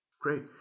Great